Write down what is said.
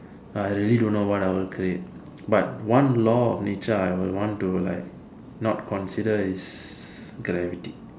I really don't know what I will create but one law of nature I would want to like not consider is gravity